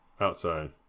outside